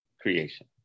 creation